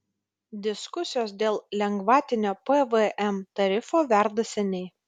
diskusijos dėl lengvatinio pvm tarifo verda seniai